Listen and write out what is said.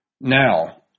Now